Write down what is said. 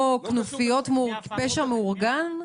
או כנופיות פשע מאורגן?